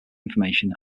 information